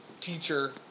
teacher